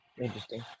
Interesting